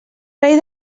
rei